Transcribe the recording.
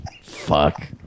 Fuck